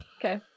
Okay